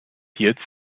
jetzt